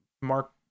Mark